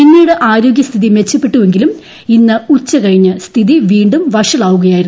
പിന്നീട് ആരോഗ്യസ്ഥിതി മെച്ചപ്പെട്ടുവെങ്കിലും ഇന്ന് ഉച്ചകഴിഞ്ഞ് സ്ഥിതി വീണ്ടും വഷളാവുകയായിരുന്നു